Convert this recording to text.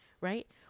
Right